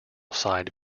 side